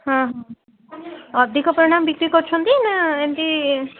ହଁ ହଁ ଅଧିକ ପରିଣାମ ବିକ୍ରି କରୁଛନ୍ତି ନା ଏମିତି